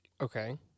Okay